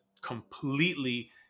completely